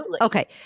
Okay